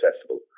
accessible